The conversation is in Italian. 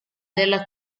della